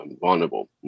vulnerable